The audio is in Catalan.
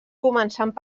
començant